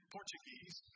Portuguese